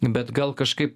bet gal kažkaip